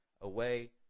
away